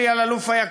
אלי אלאלוף היקר,